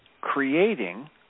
creating